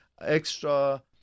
extra